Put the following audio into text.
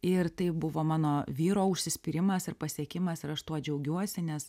ir tai buvo mano vyro užsispyrimas ir pasiekimas ir aš tuo džiaugiuosi nes